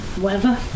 Weather